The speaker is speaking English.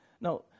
Now